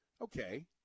Okay